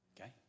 Okay